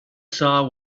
saw